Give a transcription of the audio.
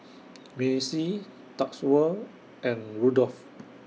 Macey Tatsuo and Rudolf